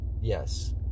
yes